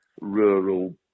rural